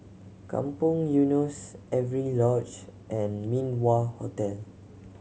Kampong Eunos Avery Lodge and Min Wah Hotel